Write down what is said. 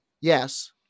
Yes